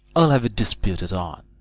i'll have't disputed on